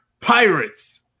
Pirates